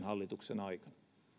hallituksen aikana